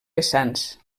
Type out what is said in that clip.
vessants